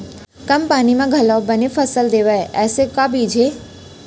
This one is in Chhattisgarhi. कम पानी मा घलव बने फसल देवय ऐसे का बीज हे?